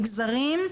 מגזרים,